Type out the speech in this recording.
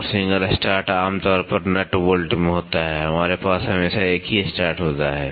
और single start आम तौर पर नट बोल्ट में होता है हमारे पास हमेशा एक ही स्टार्ट होता है